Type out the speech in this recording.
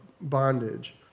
bondage